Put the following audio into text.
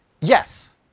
Yes